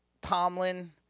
Tomlin